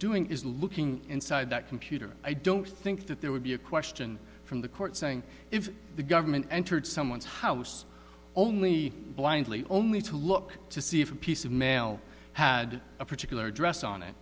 doing is looking inside that computer i don't think that there would be a question from the court saying if the government entered someone's house only blindly only to look to see if a piece of mail had a particular address on it